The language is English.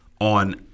on –